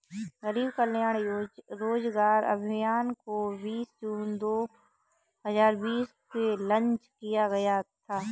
गरीब कल्याण रोजगार अभियान को बीस जून दो हजार बीस को लान्च किया गया था